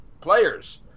players